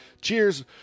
cheers